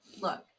look